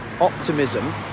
optimism